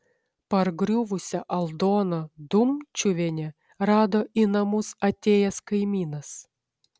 pargriuvusią aldoną dumčiuvienę rado į namus atėjęs kaimynas